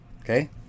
Okay